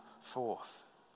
forth